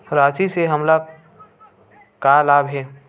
राशि से हमन ला का लाभ हे?